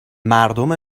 مردم